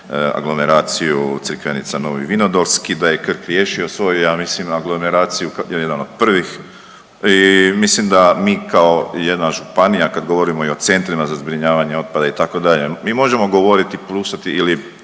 aglomeraciju Crikvenica-Novi Vinodolski, da je Krk riješio svoju ja mislim aglomeraciju kao jedan od prvih i mislim da mi kao jedna županija kad govorimo i o centrima za zbrinjavanje otpada itd., mi možemo govoriti…/Govornik